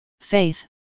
faith